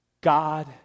God